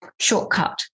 shortcut